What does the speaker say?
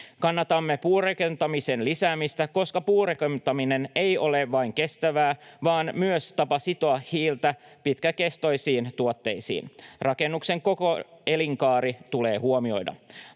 Kannatamme puurakentamisen lisäämistä, koska puurakentaminen ei ole vain kestävää vaan myös tapa sitoa hiiltä pitkäkestoisiin tuotteisiin. Rakennuksen koko elinkaari tulee huomioida.